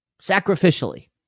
sacrificially